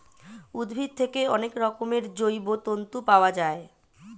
উদ্ভিদ থেকে অনেক রকমের জৈব তন্তু পাওয়া যায়